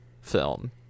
film